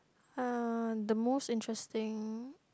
ya the most interesting